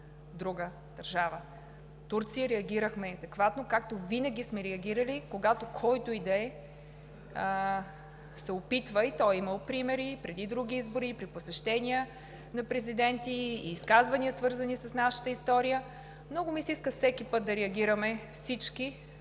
друга държава. За Турция – реагирахме адекватно, както винаги сме реагирали, когато който и да е се опитва, и то има примери, преди други избори, при посещения на президенти и изказвания, свързани с нашата история. Много ми се иска всеки път да реагираме всички